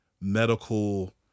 medical